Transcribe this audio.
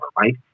right